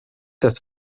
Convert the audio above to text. das